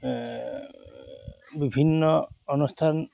বিভিন্ন অনুষ্ঠান